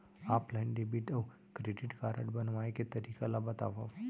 Offline debit अऊ credit card बनवाए के तरीका ल बतावव?